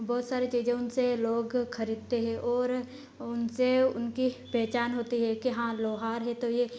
बहुत सारी चीजें उनसे लोग खरीदते हैं और उनसे उनकी पहचान होती है कि हाँ लोहार है तो ये